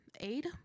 aid